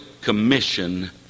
commission